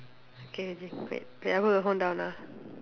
okay okay wait I put the phone down ah